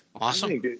Awesome